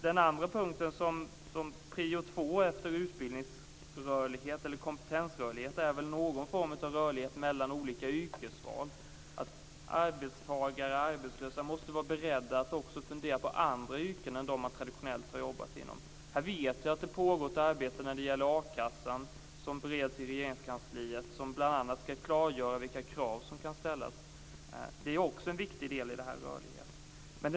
Den andra punkten efter utbildningsrörlighet eller kompetensrörlighet är väl någon form av rörlighet mellan olika yrkesval, att arbetstagare och arbetslösa måste vara beredda att också fundera på andra yrken än dem man traditionellt har jobbat inom. Här vet jag att det pågår ett arbete när det gäller a-kassan. Det bereds i Regeringskansliet. Bl.a. ska det klargöra vilka krav som ska ställas. Det är också en viktig del i den här rörligheten.